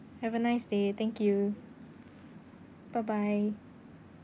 have a nice day thank you bye bye